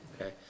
Okay